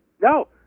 No